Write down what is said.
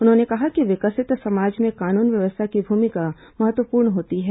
उन्होंने कहा कि विकसित समाज में कानून व्यवस्था की भूमिका महत्वपूर्ण होती है